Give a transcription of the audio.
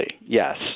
yes